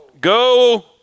go